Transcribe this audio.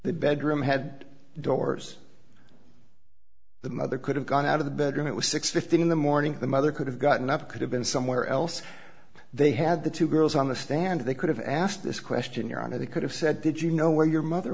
the bedroom had doors the mother could have gone out of the bedroom it was six fifteen in the morning the mother could have gotten up could have been somewhere else they had the two girls on the stand they could have asked this question your honor they could have said did you know where your mother